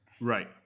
Right